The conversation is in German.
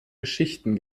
geschichten